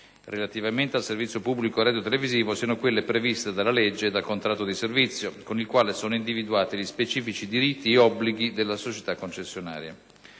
relativamente al servizio pubblico radiotelevisivo siano quelle previste dalla legge e dal contratto di servizio, con il quale sono individuati gli specifici diritti e obblighi della società concessionaria.